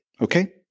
Okay